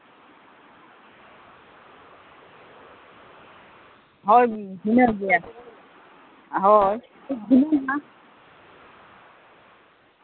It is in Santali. ᱦᱳᱭ ᱵᱷᱤᱱᱟᱹᱨ ᱜᱮᱭᱟ ᱦᱳᱭ ᱵᱷᱤᱱᱟᱹᱜᱮᱭᱟ